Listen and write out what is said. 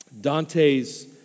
Dante's